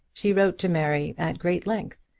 she wrote to mary at great length,